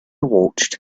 watched